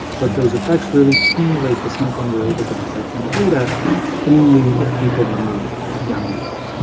but those effects really cumulate to something we're able to detect in the data only if people move young enough